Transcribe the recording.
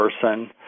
person